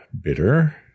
bitter